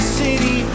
city